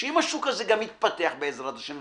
שאם השוק יתפתח בעזרת השם,